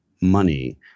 money